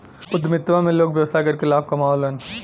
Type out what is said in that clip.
उद्यमिता में लोग व्यवसाय करके लाभ कमावलन